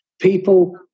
People